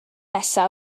nesa